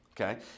okay